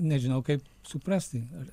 nežinau kaip suprasti ar